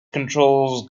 controls